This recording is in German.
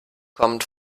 kommt